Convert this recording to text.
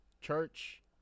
church